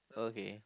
okay